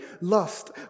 lust